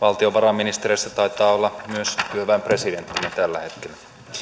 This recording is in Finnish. valtiovarainministereistä taitaa olla myös työväen presidenttimme tällä hetkellä